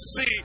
see